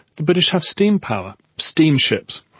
the british have steam power, steam ships.